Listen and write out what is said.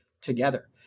together